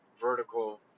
vertical